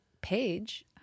page